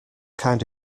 kind